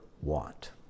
want